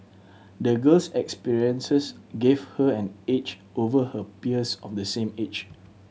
the girl's experiences gave her an edge over her peers of the same age